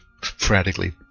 frantically